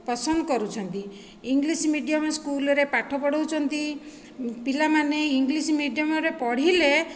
ପସନ୍ଦ କରୁଛନ୍ତି English medium ସ୍କୁଲରେ ପାଠ ପଢ଼ାଉଛନ୍ତି ପିଲାମାନେ ଇଙ୍ଗ୍ଲିଶ ମିଡିୟମରେ ପଢ଼ିଲେ